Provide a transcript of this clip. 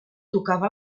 tocava